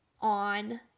On